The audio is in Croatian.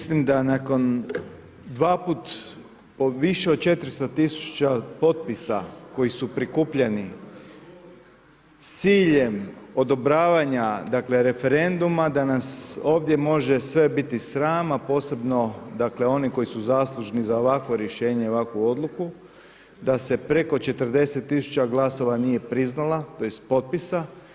Mislim da nakon dva put po više od 400 tisuća potpisa koji su prikupljeni s ciljem odobravanja dakle referenduma da nas ovdje može sve biti sram a posebno dakle one koji su zaslužni za ovakvo rješenje, za ovakvu odluku, da se preko 400 tisuća glasova nije priznala, tj. potpisa.